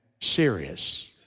serious